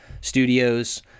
studios